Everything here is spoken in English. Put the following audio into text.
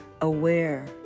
aware